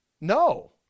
no